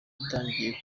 yatangiye